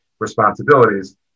responsibilities